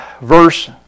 verse